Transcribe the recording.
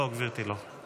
לא, גברתי, לא.